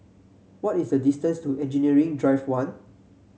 what is the distance to Engineering Drive One